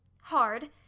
Hard